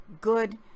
good